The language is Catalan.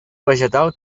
vegetal